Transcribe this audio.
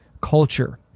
culture